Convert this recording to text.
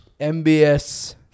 MBS